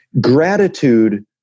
Gratitude